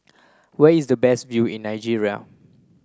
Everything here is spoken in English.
where is the best view in Nigeria